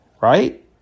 Right